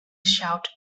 shout